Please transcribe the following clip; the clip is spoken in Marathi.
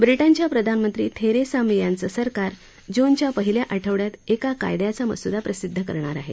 ब्रिटनच्या प्रधानमंत्री थेरेसा मे यांचं सरकार जूनच्या पहिल्या आठवडयात एका कायद्याचा मसुदा प्रसिद्ध करणार आहे